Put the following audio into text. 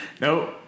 nope